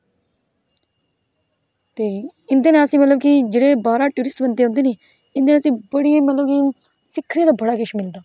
ते इंदे कन्ने आसें मतलब कि जेहडे़ बाहरा टूरिस्ट बंदे औंदे नेई इयां उसी बड़ी मतलब सिक्खने दा बड़ा किश मिलदा